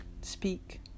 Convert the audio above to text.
speak